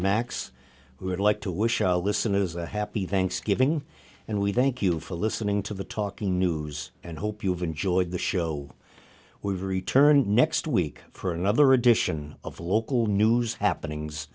max who would like to wish allison is a happy thanksgiving and we thank you for listening to the talking news and hope you've enjoyed the show we've returned next week for another edition of local news happenings